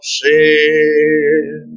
sin